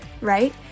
right